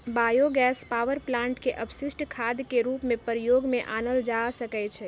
bio gas power plant के अपशिष्ट खाद के रूप में प्रयोग में आनल जा सकै छइ